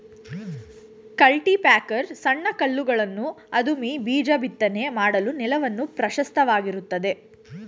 cultipacker ಸಣ್ಣ ಕಲ್ಲುಗಳನ್ನು ಅದುಮಿ ಬೀಜ ಬಿತ್ತನೆ ಮಾಡಲು ನೆಲವನ್ನು ಪ್ರಶಸ್ತವಾಗಿರುತ್ತದೆ